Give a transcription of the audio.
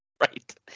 Right